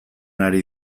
ari